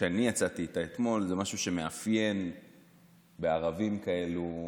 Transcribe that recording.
שאני יצאתי איתה אתמול זה משהו שמאפיין ערבים כאלה,